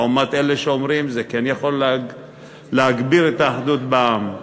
לעומת אלה שאומרים שזה יכול להגביר את האחדות בעם.